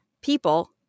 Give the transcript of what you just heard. people